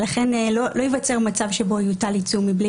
לכן לא ייווצר מצב שבו יוטל עיצום מבלי